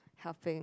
helping